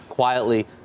Quietly